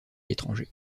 l’étranger